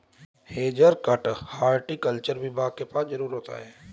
has cutter horticulture विभाग के पास जरूर होता है